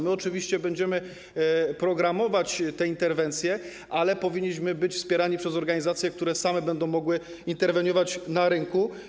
My oczywiście będziemy programować te interwencje, ale powinniśmy być wspierani przez organizacje, które same będą mogły interweniować na rynku.